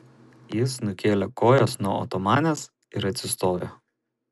jis nukėlė kojas nuo otomanės ir atsistojo